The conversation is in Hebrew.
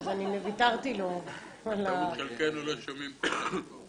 אנחנו נמשיך באכיפה בכל הכלים המשפטיים,